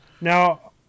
Now